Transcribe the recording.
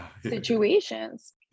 situations